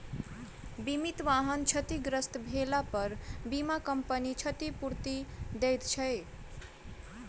बीमित वाहन क्षतिग्रस्त भेलापर बीमा कम्पनी क्षतिपूर्ति दैत छै